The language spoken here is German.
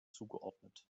zugeordnet